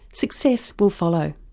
success will follow.